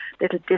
little